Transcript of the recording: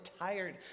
tired